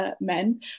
men